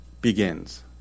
begins